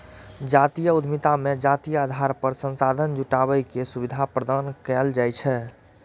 जातीय उद्यमिता मे जातीय आधार पर संसाधन जुटाबै के सुविधा प्रदान कैल जाइ छै